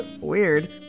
Weird